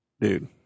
Dude